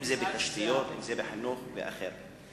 אם תשתיות, אם חינוך ואחרים.